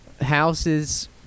houses